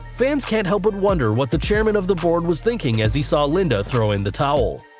fans can't help but wonder what the chairman of the board was thinking as he saw linda throw in the towel.